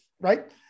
Right